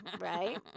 right